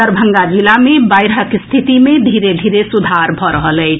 दरभंगा जिला मे बाढ़िक स्थिति मे धीरे धीरे सुधार भऽ रहल अछि